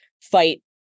fight